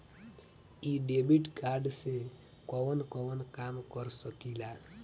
इ debit card से कवन कवन काम कर सकिला?